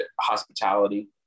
hospitality